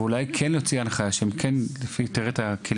אולי כן נוציא הנחיה לגבי הכלים,